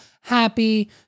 Happy